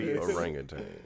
Orangutan